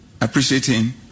appreciating